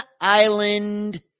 Island